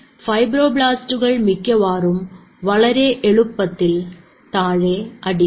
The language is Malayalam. ഫൈബ്രോബ്ലാസ്റ്റുകൾ മിക്കവാറും വളരെ എളുപ്പത്തിൽ താഴെ അടിയുന്നു